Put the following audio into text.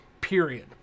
period